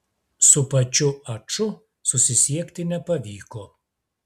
su pačiu aču susisiekti nepavyko